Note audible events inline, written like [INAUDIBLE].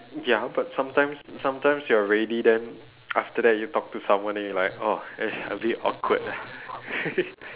ya but sometimes sometimes you are ready then after that you talk to someone then you like oh eh a bit awkward ah [LAUGHS]